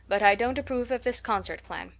but i don't approve of this concert plan.